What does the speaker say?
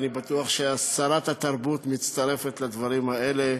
ואני בטוח ששרת התרבות מצטרפת לדברים האלה,